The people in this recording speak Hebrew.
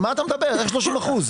איך 30%?